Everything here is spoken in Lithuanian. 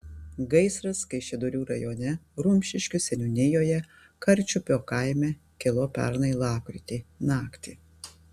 gaisras kaišiadorių rajone rumšiškių seniūnijoje karčiupio kaime kilo pernai lapkritį naktį